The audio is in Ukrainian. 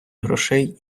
грошей